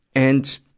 and,